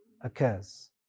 occurs